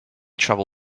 travel